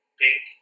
pink